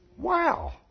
Wow